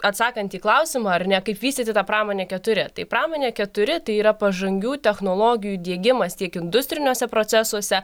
atsakant į klausimą ar ne kaip vystyti tą pramonę keturi tai pramonė keturi tai yra pažangių technologijų diegimas tiek industriniuose procesuose